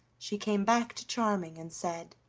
she came back to charming and said